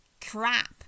crap